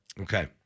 Okay